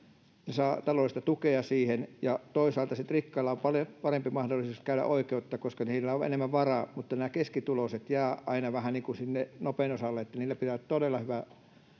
he saavat taloudellista tukea siihen ja toisaalta sitten rikkailla on paljon parempi mahdollisuus käydä oikeutta koska heillä on enemmän varaa mutta keskituloiset jäävät aina vähän niin kuin nopen osalle heillä pitää todella hyvä